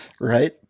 right